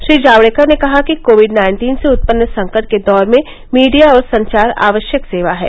श्री जावडेकर ने कहा कि कोविड नाइन्टीन से उत्पन्न संकट के दौर में मीडिया और संचार आवश्यक सेवा है